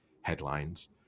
headlines